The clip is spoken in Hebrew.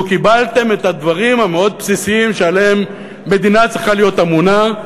לו קיבלתם את הדברים המאוד בסיסיים שעליהם מדינה צריכה להיות אמונה.